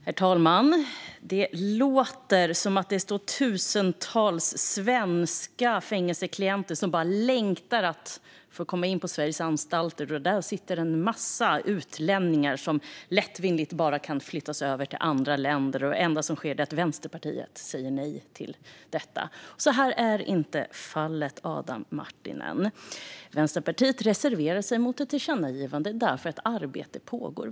Herr talman! Det låter som att det står tusentals svenska klienter och bara längtar efter att få komma in på Sveriges anstalter, där det sitter en massa utlänningar som lättvindigt kan flyttas över till andra länder, men att Vänsterpartiet säger nej till det. Så är inte fallet, Adam Marttinen. Vänsterpartiet reserverar sig mot tillkännagivandet för att arbete pågår.